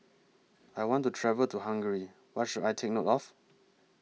I want to travel to Hungary What should I Take note of